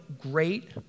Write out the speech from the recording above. great